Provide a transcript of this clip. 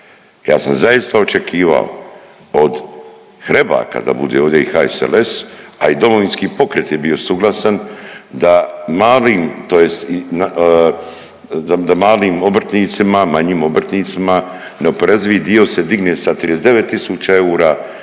Ja sam zaista očekivao od Hrebaka da bude ovdje i HSLS, a i DP je bio suglasan da … tj. da malim obrtnicima, manjim obrtnicima neoporezivi dio se digne sa 39 tisuća